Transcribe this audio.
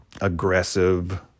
aggressive